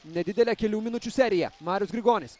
nedidelę kelių minučių seriją marius grigonis